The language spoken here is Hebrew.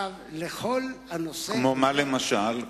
כמו מה למשל?